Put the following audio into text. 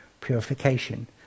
purification